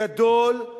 גדול,